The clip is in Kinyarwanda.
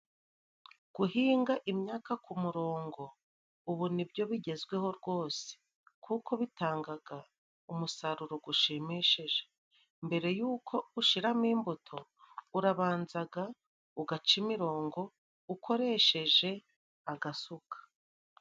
Guhinga imyaka ku murongo ubu ni byo bigezweho rwose. Kuko bitangaga umusaruro gushimishije. Mbere y'uko ushiramo imbuto urabanzaga ugaca imirongo ukoresheje agasuka.